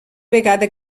vegada